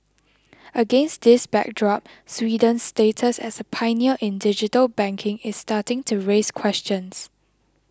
against this backdrop Sweden's status as a pioneer in digital banking is starting to raise questions